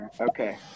Okay